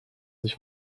sich